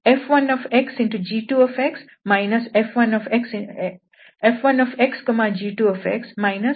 F1xg2 F1xg1ಇದರ ಮೌಲ್ಯವಾಗಿತ್ತು